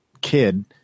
kid